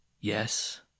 Yes